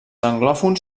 anglòfons